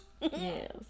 Yes